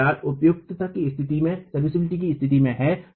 M दरार उपयुक्तता स्तिथि में है